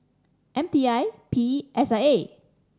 M T I P E S I A